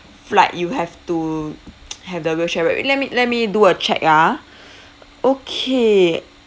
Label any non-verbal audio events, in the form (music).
flight you have to (noise) have the wheelchair right let me let me do a check ah okay